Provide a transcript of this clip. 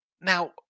Now